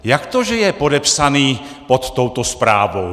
Jak to že je podepsaný pod touto zprávou?